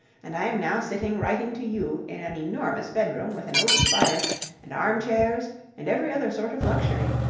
and i am now sitting writing to you in an enormous bedroom with an open fire and armchairs and every other sort of luxury.